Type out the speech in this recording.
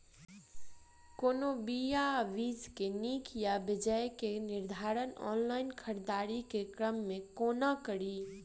कोनों बीया वा बीज केँ नीक वा बेजाय केँ निर्धारण ऑनलाइन खरीददारी केँ क्रम मे कोना कड़ी?